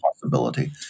possibility